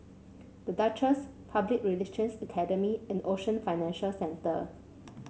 The Duchess Public Relations Academy and Ocean Financial Centre